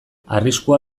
arriskua